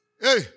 Hey